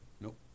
Nope